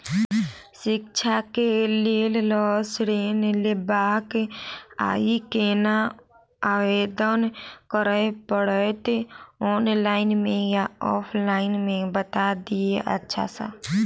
शिक्षा केँ लेल लऽ ऋण लेबाक अई केना आवेदन करै पड़तै ऑनलाइन मे या ऑफलाइन मे बता दिय अच्छा सऽ?